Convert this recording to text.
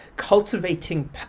cultivating